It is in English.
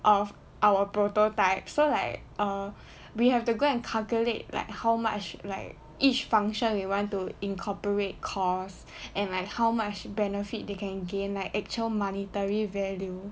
err our prototype so like err we have to go and calculate like how much like each function we want to incorporate cost and like how much benefit they can gain like actual monetary value